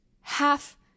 half